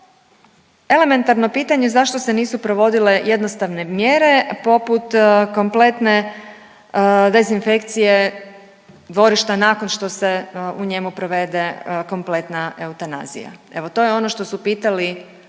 Elementarno pitanje zašto se nisu provodile jednostavne mjere poput kompletne dezinfekcije dvorišta nakon što se u njemu provede kompletna eutanazija? Evo to je ono što su pitali